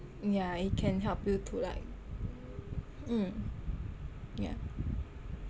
yah it can help you to like mm yah